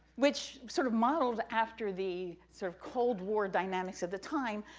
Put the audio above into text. which sort of modeled after the sort of cold war dynamics of the time,